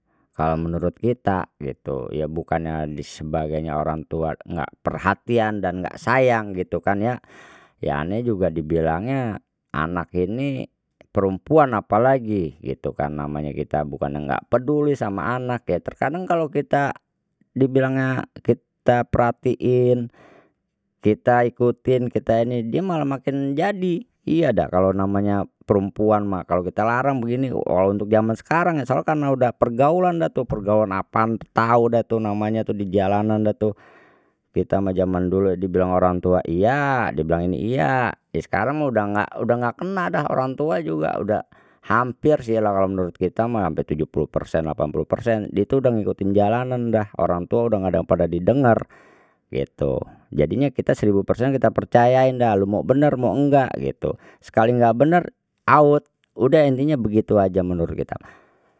Kalau menurut kita gitu ya bukannya sebagianya orang tua enggak perhatian dan enggak sayang gitu kan ya ya ane juga dibilangnya anak ini perempuan apalagi gitu kan namanya kita bukannya enggak peduli sama anak ya terkadang kalau kita dibilangnya kita perhatiin kita ikutin kita ini dia malah makin jadi iya da kalau namanya perempuan mah kalau kita larang begini kalau untuk zaman sekarang ya soal karena sudah pergaulan dah tu pergaulan apaan tahu dah tuh namanya tuh di jalanan dah tuh kita sama zaman dulu dibilang orang tua iya dibilang ini iya ya sekarang udah enggak udah enggak kena dah orang tua juga udah hampir sih lah kalau menurut kita mah hampir tujuhpuluh persen lapan puluh persen itu dah ngikutin jalanan dah orang tua udah enggak ada pada didengar gitu jadinya kita seribu persen kita percayain dah lu mau bener mau enggak gitu sekali enggak bener out udah intinya begitu saja menurut kita.